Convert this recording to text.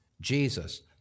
Jesus